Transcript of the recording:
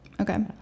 Okay